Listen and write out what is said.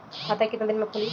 खाता कितना दिन में खुलि?